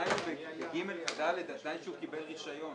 התנאי ב-(ג) ו-(ד) שהוא קיבל רישיון.